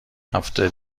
هفتاد